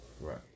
Right